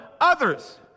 others